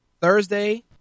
Thursday